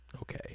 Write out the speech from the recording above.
Okay